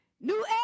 new